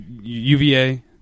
uva